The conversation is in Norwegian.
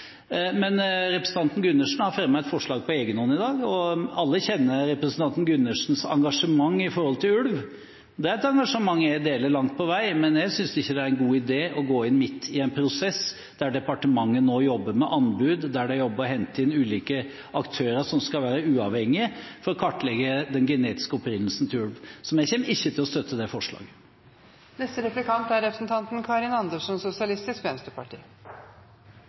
Men representanten Gundersen har fremmet et forslag på egen hånd i dag. Alle kjenner representanten Gundersens engasjement i forhold til ulv. Det er et engasjement jeg deler langt på vei, men jeg synes ikke det er en god idé å gå inn midt i en prosess der departementet nå jobber med anbud, jobber med å hente inn ulike aktører som skal være uavhengige, for å kartlegge den genetiske opprinnelsen til ulv. Så vi kommer ikke til å støtte det forslaget. For SV er